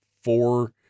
four